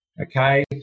okay